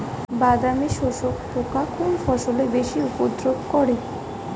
বাদামি শোষক পোকা কোন ফসলে বেশি উপদ্রব করে?